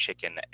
chicken